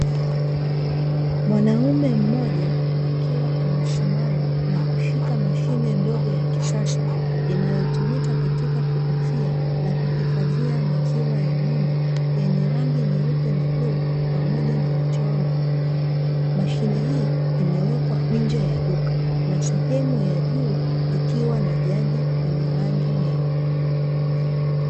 Mwanaume mmoja, akiwa amesimama na kushika mashine ndogo ya kisasa inayotumika katika kuuzia na kuhifadhia maziwa ya ng'ombe yenye rangi nyeupe na bluu pamoja na michoro mbalimbali. Mashine hii imewekwa nje ya duka na sehemu ya juu, ikiwa na jagi lenye rangi nyeupe.